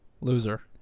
Loser